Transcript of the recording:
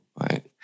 right